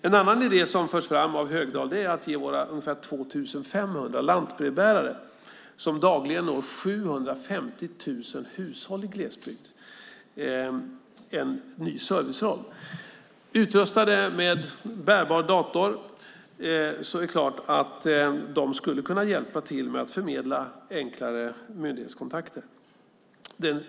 En annan idé som förs fram av Högdahl är att ge våra ungefär 2 500 lantbrevbärare som dagligen når 750 000 hushåll i glesbygden en ny serviceroll. Utrustade med bärbara datorer skulle de kunna hjälpa till med att förmedla enklare myndighetskontakter.